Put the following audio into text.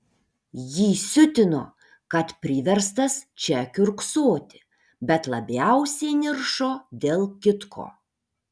jį siutino kad priverstas čia kiurksoti bet labiausiai niršo dėl kitko